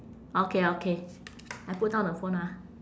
okay okay I put down the phone ah